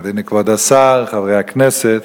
אדוני כבוד השר, חברי הכנסת,